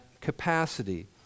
capacity